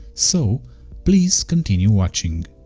so please continue watching.